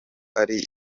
ari